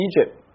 Egypt